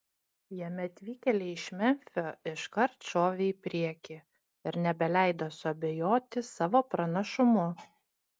jame atvykėliai iš memfio iškart šovė į priekį ir nebeleido suabejoti savo pranašumu